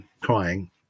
Crying